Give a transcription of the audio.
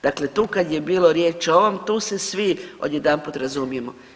Dakle, tu kad je bilo riječ o ovom tu se svi odjedanput razumijemo.